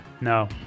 No